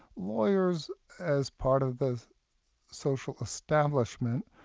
lawyers as part of the social establishment,